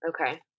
okay